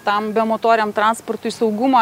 tam bemotoriam transportui saugumą